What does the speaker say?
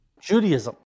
Judaism